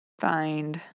find